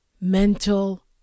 mental